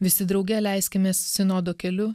visi drauge leiskimės sinodo keliu